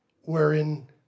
wherein